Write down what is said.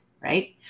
right